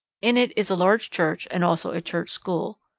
in it is a large church and also a church school.